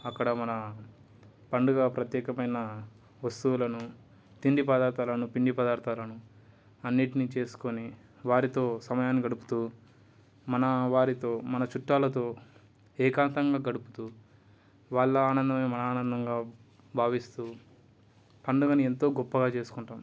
అక్కడ మన పండుగ ప్రత్యేకమైన వస్తువులను తిండి పదార్థాలను పిండి పదార్థాలను అన్నింటిని చేసుకొని వారితో సమయాన్ని గడుపుతు మన వారితో మన చుట్టాలతో ఏకాంతంగా గడుపుతు వాళ్ళ ఆనందం మన ఆనందంగా భావిస్తు పండుగని ఎంతో గొప్పగా చేసుకుంటాం